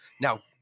Now